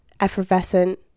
effervescent